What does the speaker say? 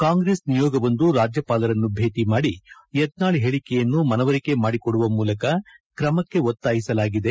ಕಾಂಗ್ರೆಸ್ ನಿಯೋಗವೊಂದು ರಾಜ್ಯಪಾಲರನ್ನು ಭೇಟಿ ಮಾಡಿ ಯತ್ನಾಳ್ ಹೇಳಿಕೆಯನ್ನು ಮನವರಿಕೆ ಮಾಡಿಕೊದುವ ಮೂಲಕ ಕ್ರಮಕ್ಕೆ ಒತ್ತಾಯಿಸಲಾಗಿದೆ